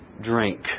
drink